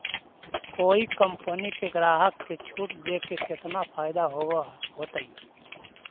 कोई कंपनी के ग्राहक के छूट देके केतना फयदा होब होतई?